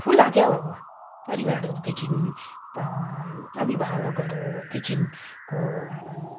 खुल्ला क्या हौ परिवारहरूदेखि अभिभावकदेखिको